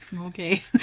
Okay